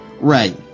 Right